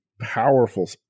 powerful